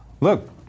look